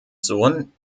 sohn